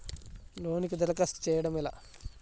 లోనుకి దరఖాస్తు చేయడము ఎలా?